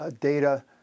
Data